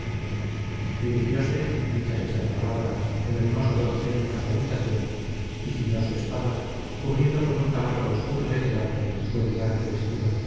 dirigióse dichas estas palabras el animoso doncel a su habitación y ciñó su espada cubriendo con un tabardo oscuro de velarte su elegante vestido